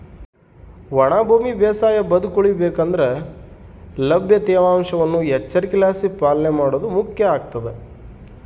ಒಣ ಭೂಮಿ ಬೇಸಾಯ ಬದುಕುಳಿಯ ಬೇಕಂದ್ರೆ ಲಭ್ಯ ತೇವಾಂಶವನ್ನು ಎಚ್ಚರಿಕೆಲಾಸಿ ಪಾಲನೆ ಮಾಡೋದು ಮುಖ್ಯ ಆಗ್ತದ